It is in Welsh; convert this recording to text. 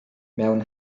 mewn